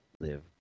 live